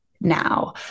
now